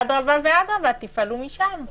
אדרבה ואדרבה, תפעלו משם;